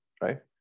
right